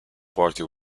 party